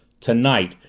tonight,